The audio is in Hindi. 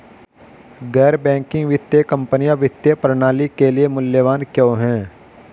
गैर बैंकिंग वित्तीय कंपनियाँ वित्तीय प्रणाली के लिए मूल्यवान क्यों हैं?